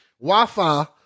Wi-Fi